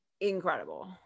incredible